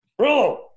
Brillo